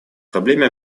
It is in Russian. проблеме